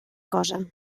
cosa